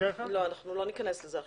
לא ניכנס לזה עכשיו.